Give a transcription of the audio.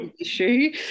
issue